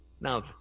now